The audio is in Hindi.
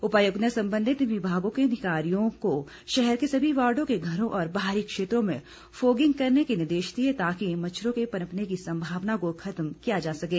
उपायुक्त ने संबंधित विभागों के अधिकारियों को शहर के सभी बार्डो के घरों और बाहरी क्षेत्रों में फोगिंग करने के निर्देश दिए ताकि मच्छरों के पनपने की संभावना को खत्म किया जा सकें